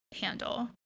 handle